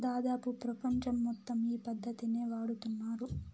దాదాపు ప్రపంచం మొత్తం ఈ పద్ధతినే వాడుతున్నారు